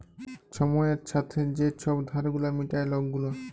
ছময়ের ছাথে যে ছব ধার গুলা মিটায় লক গুলা